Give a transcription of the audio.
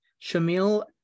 Shamil